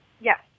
Yes